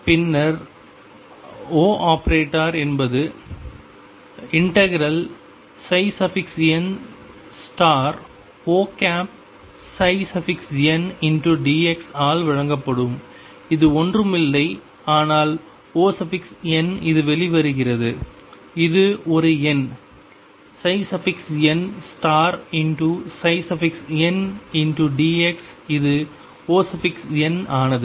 பின்னர் ⟨O⟩ என்பது ∫nOndx ஆல் வழங்கப்படும் இது ஒன்றும் இல்லை ஆனால் On இது வெளிவருகிறது இது ஒரு எண் nndx இது On ஆனது